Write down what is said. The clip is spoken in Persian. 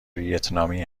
ویتنامی